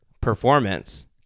performance